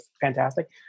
fantastic